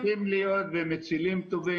ממשיכים להיות והם מצילים טובים,